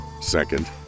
Second